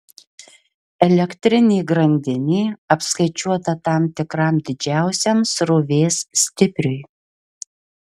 elektrinė grandinė apskaičiuota tam tikram didžiausiam srovės stipriui